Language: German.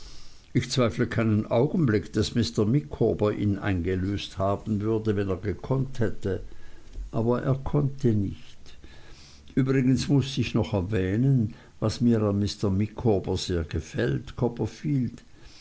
ich zweifle keinen augenblick daß mr micawber ihn eingelöst haben würde wenn er gekonnt hätte aber er konnte nicht übrigens eins muß ich noch erwähnen was mir an mr micawber sehr gefällt